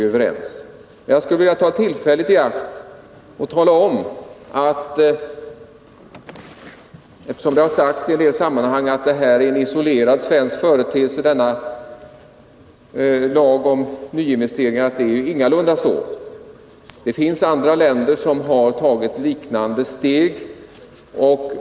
Eftersom det har sagts i en del sammanhang att denna lag rörande nyinvesteringar är en isolerad svensk företeelse skulle jag vilja ta tillfället i akt och säga att det ingalunda är så. Det finns andra länder som har tagit liknande steg.